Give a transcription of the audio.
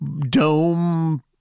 dome